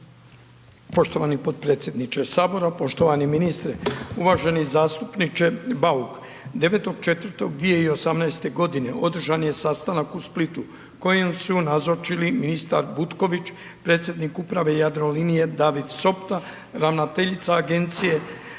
Poštovani potpredsjedniče Sabora, poštovani ministre. Uvaženi zastupniče Bauk, 9.4.2018. g. održan je sastanak u Splitu kojem su nazočili ministar Butković, predsjednik Uprave Jadrolinije David Sopta, ravnateljica Agencije za